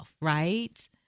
right